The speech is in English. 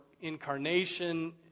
incarnation